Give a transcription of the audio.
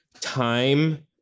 time